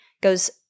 goes